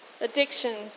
addictions